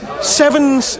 seven